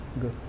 Good